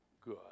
good